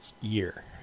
year